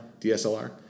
DSLR